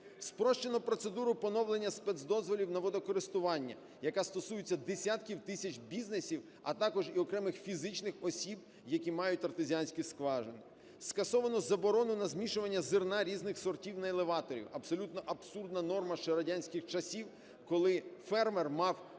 Спрощено процедуру поновлення спецдозволів на водокористування, яка стосується десятків тисяч бізнесів, а також і окремих фізичних осіб, які мають артезіанські скважини. Скасовано, заборонено змішування зерна різних сортів на елеваторах. Абсолютно абсурдна норма ще радянських часів, коли фермер мав зібране